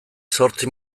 zortzi